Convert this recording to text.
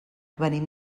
venim